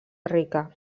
rica